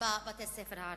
בבתי-הספר הערביים?